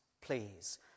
please